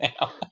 now